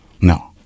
No